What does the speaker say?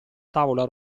tavola